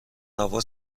هوا